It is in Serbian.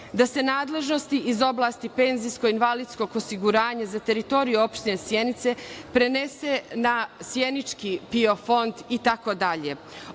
Da se nadležnosti iz oblasti penzijsko-invalidskog osiguranja za teritoriju opštine Sjenica prenesu na sjenički PIO fond,